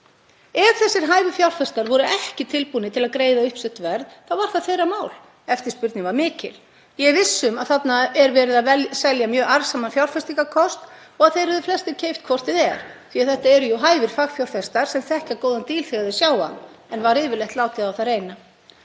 Ef þessir hæfu fjárfestar voru ekki tilbúnir til að greiða uppsett verð þá var það þeirra mál. Eftirspurnin var mikil. Ég er viss um að þarna er verið að selja mjög arðsaman fjárfestingarkost og að þeir hefðu flestir keypt hvort eð er, því að þetta eru jú hæfir fagfjárfestar sem þekkja góðan díl þegar þeir sjá hann. En var yfirleitt látið á það reyna?